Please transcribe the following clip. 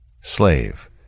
Slave